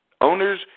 Owners